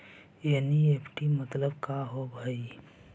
NEFT मतलब का होब हई?